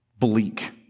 bleak